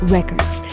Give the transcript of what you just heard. Records